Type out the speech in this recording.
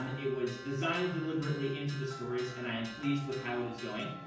it was designed deliberately into the stories, and i am pleased with how it is going.